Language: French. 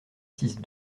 six